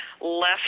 left